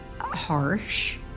harsh